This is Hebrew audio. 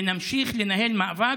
נמשיך לנהל מאבק,